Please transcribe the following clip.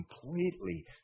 completely